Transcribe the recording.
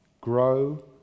Grow